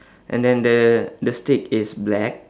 and then the the stick is black